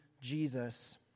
Jesus